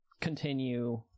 continue